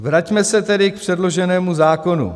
Vraťme se tedy k předloženému zákonu.